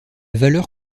valeur